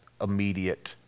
Immediate